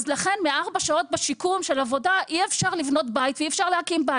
לכן מארבע שעות של שיקום אי אפשר לבנות בית ואי אפשר להקים בית.